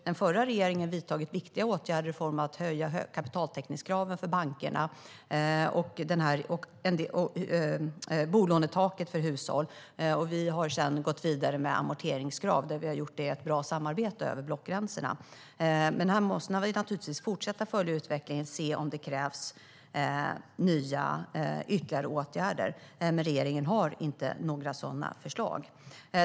Den förra regeringen har vidtagit viktiga åtgärder i form av att höja kapitaltäckningskraven för bankerna och bolånetaket för hushåll. Vi har sedan gått vidare med amorteringskrav, och det har vi gjort i ett bra samarbete över blockgränsen. Sedan måste vi naturligtvis fortsätta att följa utvecklingen och se om det krävs ytterligare åtgärder, men regeringen har inte några sådana förslag.